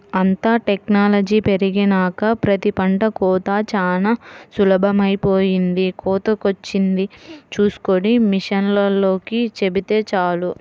అంతా టెక్నాలజీ పెరిగినాక ప్రతి పంట కోతా చానా సులభమైపొయ్యింది, కోతకొచ్చింది చూస్కొని మిషనోల్లకి చెబితే చాలు